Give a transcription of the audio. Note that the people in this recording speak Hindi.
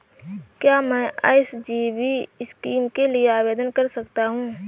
क्या मैं एस.जी.बी स्कीम के लिए आवेदन कर सकता हूँ?